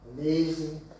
Amazing